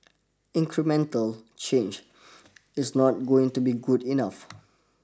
incremental change is not going to be good enough